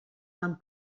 van